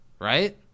right